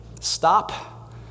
Stop